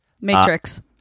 Matrix